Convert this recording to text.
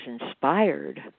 inspired